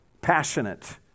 passionate